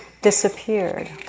disappeared